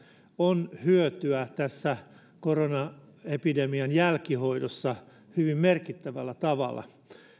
on hyötyä tässä koronaepidemian jälkihoidossa hyvin merkittävällä tavalla